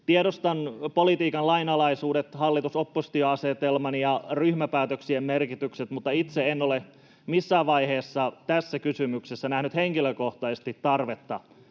Tiedostan politiikan lainalaisuudet, hallitus—oppositio-asetelman ja ryhmäpäätöksien merkityksen, mutta itse en ole missään vaiheessa tässä kysymyksessä nähnyt henkilökohtaisesti tarvetta